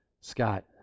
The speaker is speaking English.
Scott